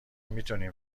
میتونین